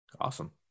awesome